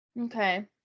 Okay